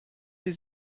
sie